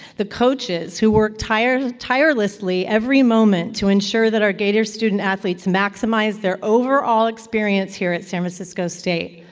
the coaches who work tirelessly tirelessly every moment to ensure that our gator student athletes maximize their overall experience here at san francisco state.